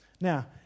Now